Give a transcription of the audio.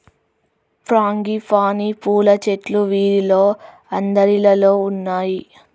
frangipani పూల చెట్లు వీధిలో అందరిల్లల్లో ఉన్నాయి